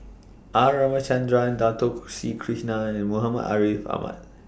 R Ramachandran Dato Sri Krishna and Muhammad Ariff Ahmad